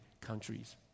countries